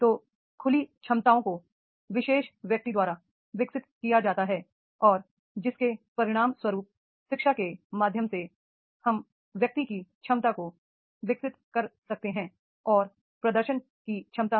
तो खुली क्षमताओं को विशेष व्यक्ति द्वारा विकसित किया जाता है और जिसके परिणामस्वरूप शिक्षा के माध्यम से हम व्यक्ति की क्षमता को विकसित कर सकते हैं और प्रदर्शन करने की क्षमता